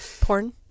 Porn